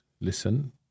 listen